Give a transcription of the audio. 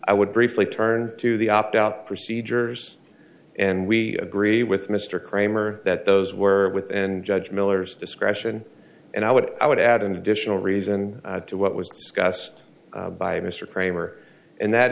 i would briefly turn to the opt out procedures and we agree with mr kramer that those were with and judge miller's discretion and i would i would add an additional reason to what was discussed by mr kramer and that